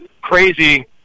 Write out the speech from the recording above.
crazy